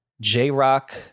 J-Rock